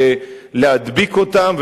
ולהדביק אותם,